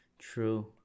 True